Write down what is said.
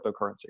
cryptocurrency